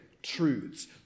truths